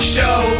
Show